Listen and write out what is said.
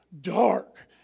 dark